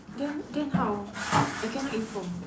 then then how I cannot inform